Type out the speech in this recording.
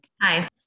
Hi